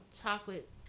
chocolate